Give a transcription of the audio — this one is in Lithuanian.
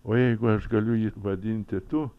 o jeigu aš galiu jį vadinti tu